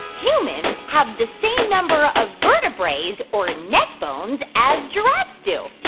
humans have the same number of vertebraes or neck bones as giraffes do?